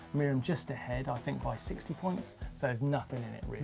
myriam just ahead, i think by sixty points. so there's nothing in it really,